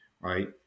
Right